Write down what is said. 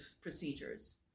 procedures